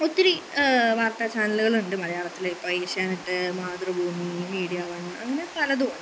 ഒത്തിരി വാര്ത്താചാനലുകളുണ്ട് മലയാളത്തിലിപ്പം ഏഷ്യാനെറ്റ് മാതൃഭൂമി മീഡിയ വണ് അങ്ങനെ പലതും ഉണ്ട്